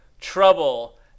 Trouble